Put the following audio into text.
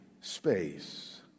space